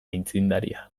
aitzindaria